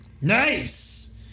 Nice